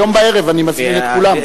היום בערב, אני מזמין את כולם.